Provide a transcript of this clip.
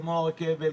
כמו רכבת,